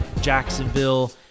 Jacksonville